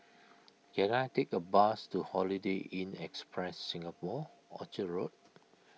can I take a bus to Holiday Inn Express Singapore Orchard Road